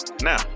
Now